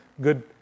good